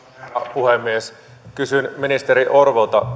puhemies kysyn ministeri orvolta